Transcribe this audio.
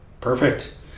perfect